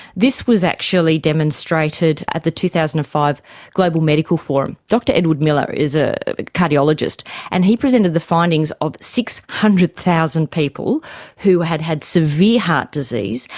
this was actually demonstrated at the two thousand and five global medical forum. dr edward miller is a cardiologist and he presented the findings of six hundred thousand people who had had severe heart disease,